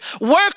work